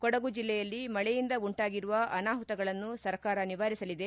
ಕೊಡಗು ಜಿಲ್ಲೆಯಲ್ಲಿ ಮಳೆಯಿಂದ ಉಂಟಾಗಿರುವ ಅನಾಹುತಗಳನ್ನು ಸರ್ಕಾರ ನಿವಾರಿಸಲಿದೆ